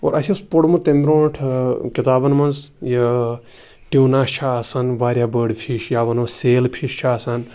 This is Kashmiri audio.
اور اَسہِ اوس پوٚرمُت تَمہِ برونٛٹھ کِتابَن منٛز یہِ ٹیوٗنا چھےٚ آسان واریاہ بٔڑ فِش یا ونو سیل فِش چھِ آسان